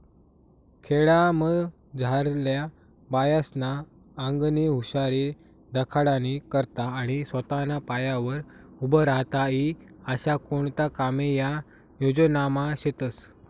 खेडामझारल्या बायास्ना आंगनी हुशारी दखाडानी करता आणि सोताना पायावर उभं राहता ई आशा कोणता कामे या योजनामा शेतस